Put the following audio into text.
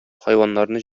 хайваннарны